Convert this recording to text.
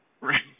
Right